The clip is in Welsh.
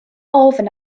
ofn